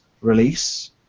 release